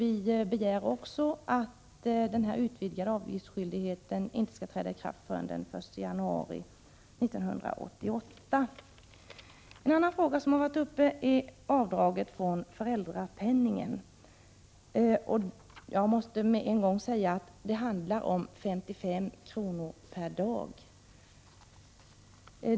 Vi begär också att den utvidgade avgiftsskyldigheten inte skall träda i kraft förrän den 1 januari 1988. En annan fråga som varit uppe till diskussion är avdraget från föräldrapenningen. Jag måste genast säga att det här handlar om 55 kr. per dag.